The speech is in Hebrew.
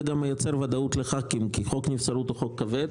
זה גם מייצר ודאות לחברי הכנסת כי חוק הנבצרות הוא חוק כבד,